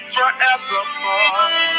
Forevermore